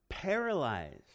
Paralyzed